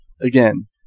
Again